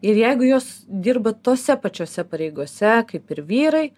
ir jeigu jos dirba tose pačiose pareigose kaip ir vyrai